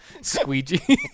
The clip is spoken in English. squeegee